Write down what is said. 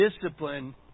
discipline